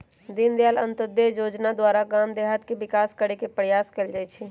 दीनदयाल अंत्योदय जोजना द्वारा गाम देहात के विकास करे के प्रयास कएल जाइ छइ